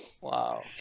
Wow